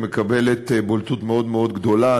היא מקבלת בולטות מאוד מאוד גדולה,